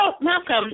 Malcolm